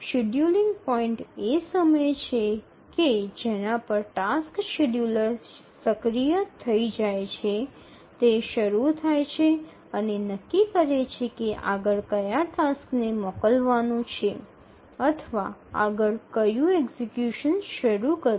scheduling point એ સમય છે કે જેના પર ટાસ્ક શેડ્યૂલર સક્રિય થઈ જાય છે તે શરૂ થાય છે અને નક્કી કરે છે કે આગળ કયા ટાસ્કને મોકલવાનું છે અથવા આગળ કયું એક્ઝિકયુશન શરૂ કરવું